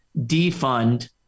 defund